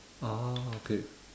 ah okay